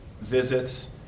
visits